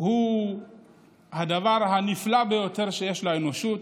הוא הדבר הנפלא ביותר שיש לאנושות,